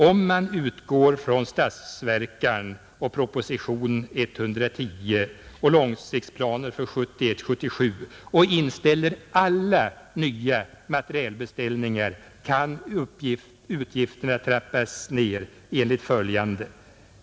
Om man utgår från statsverkspropositionen och propositionen nr 110 och långsiktsplanen för 1971—77 och inställer alla nya materielbeställningar, kan utgifterna trappas ner enligt följande.